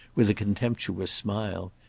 with a contemptuous smile.